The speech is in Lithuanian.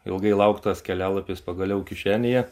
ilgai lauktas kelialapis pagaliau kišenėje